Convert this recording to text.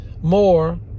More